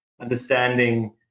understanding